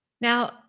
Now